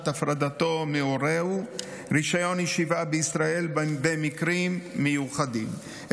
הפרדתו מהוריו ורישיון ישיבה בישראל במקרים מיוחדים,